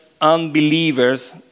unbelievers